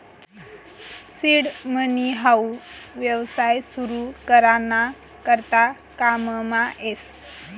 seed money हाऊ येवसाय सुरु करा ना करता काममा येस